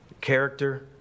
character